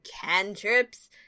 cantrips